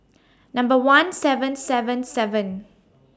Number one seven seven seven